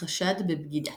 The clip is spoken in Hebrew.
החשד בבגידה